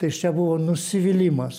tai iš čia buvo nusivylimas